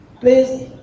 please